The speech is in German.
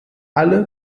alle